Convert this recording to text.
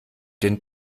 den